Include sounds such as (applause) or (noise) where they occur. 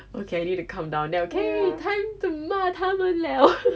okay I need to calm down then okay time to 骂他们 liao (laughs)